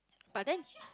but then